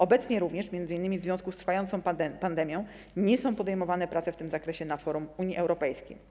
Obecnie, m.in. również w związku z trwającą pandemią, nie są podejmowane prace w tym zakresie na forum Unii Europejskiej.